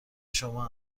شما